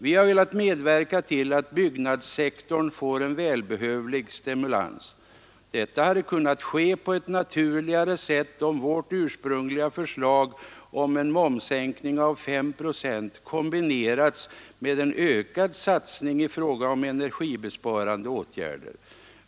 Vi har velat medverka till att byggnadssektorn får en välbehövlig stimulans. Detta hade kunnat ske på ett naturligare sätt om vårt ursprungliga förslag om en momssänkning med 5 procent kombinerats med en ökad satsning på energibesparande åtgärder.